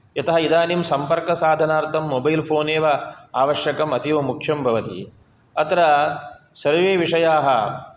यतः इदानीं सम्पर्कसादनार्थं मोबैल् फोनेव आवश्यकम् अतीवमुख्यं भवति अत्र सर्वे विषयाः